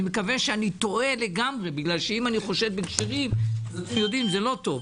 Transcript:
ואני מקווה שאני טועה לגמרי בגלל שאם אני חושד בכשרים זה לא טוב,